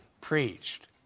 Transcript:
preached